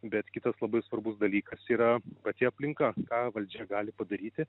bet kitas labai svarbus dalykas yra pati aplinka ką valdžia gali padaryti